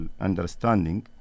understanding